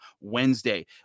Wednesday